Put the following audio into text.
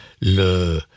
le «